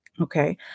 okay